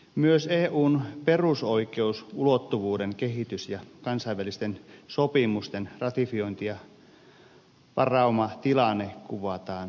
myös eun perusoikeusulottuvuuden kehitys ja kansainvälisten sopimusten ratifiointi ja varaumatilanne kuvataan hyvin